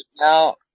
Now